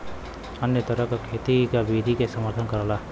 अन्य तरह क खेती क विधि के समर्थन करला